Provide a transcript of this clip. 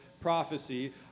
prophecy